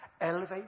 Elevate